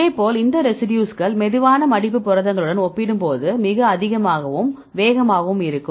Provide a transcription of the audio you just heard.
அதேபோல் இந்த ரெசிடியூஸ்கள் மெதுவான மடிப்பு புரதங்களுடன் ஒப்பிடும்போது மிக அதிகமாகவும் வேகமாகவும் இருக்கும்